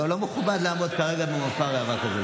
לא, לא מכובד לעמוד כרגע במופע ראווה כזה.